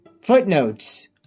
Footnotes